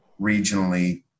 regionally